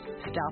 stop